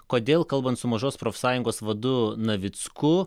kodėl kalbant su mažos profsąjungos vadu navicku